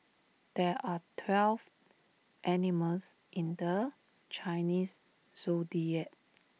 there are twelve animals in the Chinese Zodiac